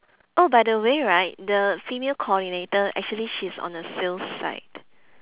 oh by the way right the female coordinator actually she's on the sales side